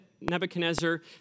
Nebuchadnezzar